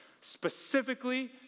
specifically